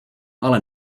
ale